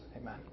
Amen